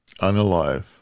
Unalive